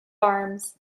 arms